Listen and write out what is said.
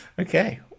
Okay